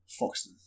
Foxton